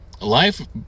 life